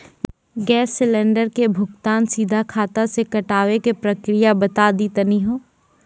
Gas cylinder के भुगतान सीधा खाता से कटावे के प्रक्रिया बता दा तनी हो?